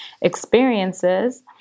experiences